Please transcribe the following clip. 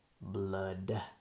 Blood